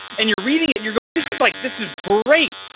and you're reading it. you're going, this is like this is great,